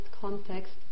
context